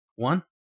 one